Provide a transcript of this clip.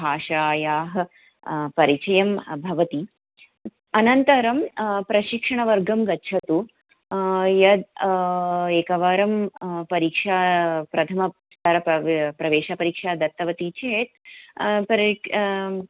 भाषायाः परिचयं भवति अनन्तरं प्रशिक्षणवर्गं गच्छतु यद् एकवारं परीक्षा प्रथमस्तरप्रवेशपरीक्षां दत्तवती चेत् परि